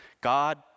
God